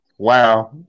Wow